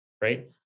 right